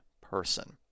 person